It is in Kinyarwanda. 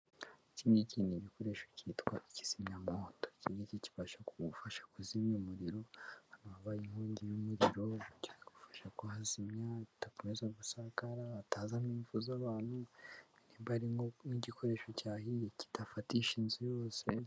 Ikindi ikindi ni igikoresho cyitwa ikizimotokiki kibasha kugufasha kuzimya umuriro wabaye inkongi y'umumwiriro, kigufasha kuhazimya bidakomeza gusakara hatazamo impfu z'abantu, ninba hari nk'igikoresho cyahiye kidafatisha inzu yose.